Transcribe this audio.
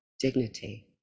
dignity